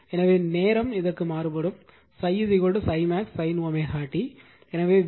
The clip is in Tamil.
எனவே நேரம் மாறுபடும் ∅ ∅max sin t